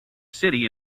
city